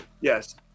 Yes